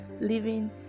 living